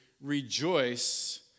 rejoice